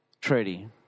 treaty